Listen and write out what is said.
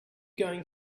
going